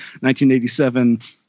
1987